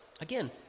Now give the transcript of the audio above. again